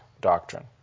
doctrine